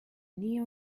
nie